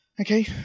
Okay